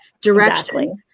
direction